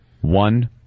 One